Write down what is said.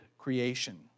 creation